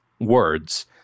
words